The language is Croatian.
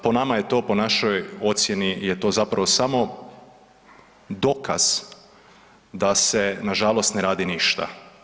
Po nama je to, po našoj ocjeni je to zapravo samo dokaz da se nažalost ne radi ništa.